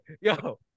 yo